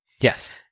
Yes